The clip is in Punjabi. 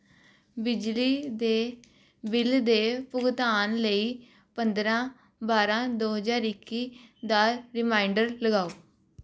ਬਿਜਲੀ ਦੇ ਬਿੱਲ ਦੇ ਭੁਗਤਾਨ ਲਈ ਪੰਦਰਾਂ ਬਾਰਾਂ ਦੋ ਹਜ਼ਾਰ ਇੱਕੀ ਦਾ ਰੀਮਾਈਂਡਰ ਲਗਾਓ